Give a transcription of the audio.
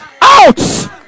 out